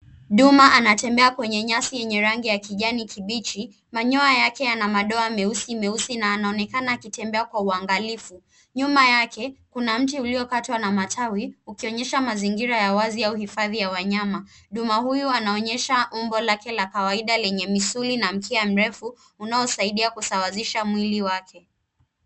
Duma anatambea kwenye nyasi yenye rangi ya kijani kibichi, manyoa yake yana madoa meusi meusi na anaonekana akitembea kwa uangalifu. Nyuma yake kuna mti uliokatwa na matawi ukionyesha mazingira ya wazi au hifadhi ya wanyama. Duma huyu anaonyesha umbo lake la kawaida lenye misuli na mkia mrefu unaosaidia kusawazisha mwili wake.